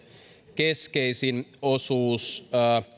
keskeisin osuus